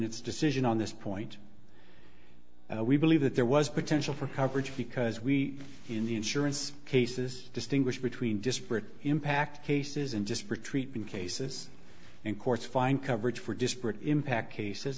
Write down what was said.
its decision on this point we believe that there was potential for coverage because we in the insurance cases distinguish between disparate impact cases and just pre treat been cases in courts find coverage for disparate impact cases